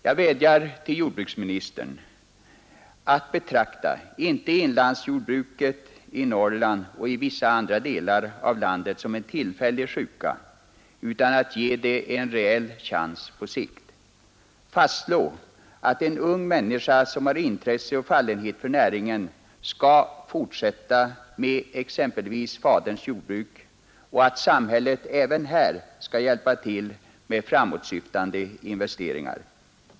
Jag vädjar till jordbruksministern att inte betrakta inlandsjordbruket i Norrland och vissa andra delar av landet som en tillfällig sjuka utan att ge det en reell chans på sikt. Fastslå att en ung människa som har intresse och fallenhet för näringen skall få fortsätta med exempelvis faderns jordbruk och att samhället även här skall hjälpa till med framåtsyftande investeringar!